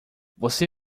você